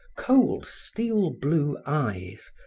cold, steel-blue eyes,